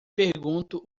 pergunto